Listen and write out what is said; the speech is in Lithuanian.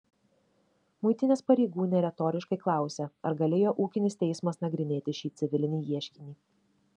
muitinės pareigūnė retoriškai klausia ar galėjo ūkinis teismas nagrinėti šį civilinį ieškinį